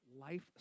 life